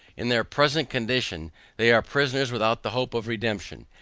in their present condition they are prisoners without the hope of redemption,